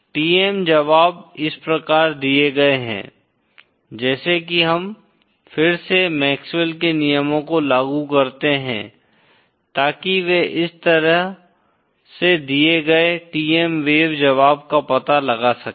TM जवाब इस प्रकार दिए गए हैं जैसे कि हम फिर से मैक्सवेल के नियमों को लागू करते हैं ताकि वे इस तरह से दिए गए TM वेव जवाब का पता लगा सकें